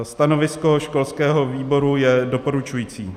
Stanovisko školského výboru je doporučující.